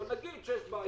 אבל נגיד שיש בעיה.